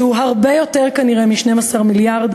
שהוא כנראה הרבה יותר מ-12 מיליארד,